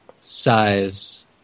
size